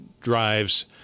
drives